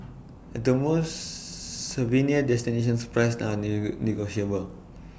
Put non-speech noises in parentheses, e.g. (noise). at the most souvenir destinations price (unintelligible) negotiable